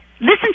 Listen